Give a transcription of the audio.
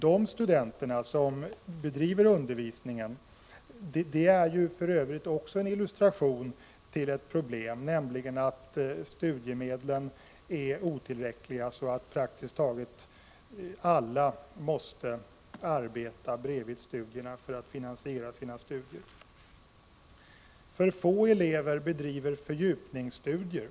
De studenter som bedriver undervisning utgör för övrigt också en illustration till ett annat problem, nämligen att studiemedlen är otillräckliga, så att praktiskt taget alla måste arbeta bredvid studierna för att finansiera dessa. För få elever bedriver fördjupningsstudier.